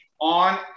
on